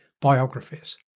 biographies